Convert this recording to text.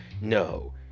No